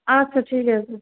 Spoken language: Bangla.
আচ্ছা ঠিক আছে